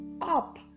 up